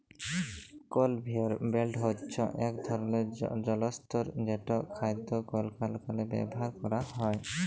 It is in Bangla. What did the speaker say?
কলভেয়র বেল্ট হছে ইক ধরলের যল্তর যেট খাইদ্য কারখালায় ব্যাভার ক্যরা হ্যয়